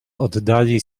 oddali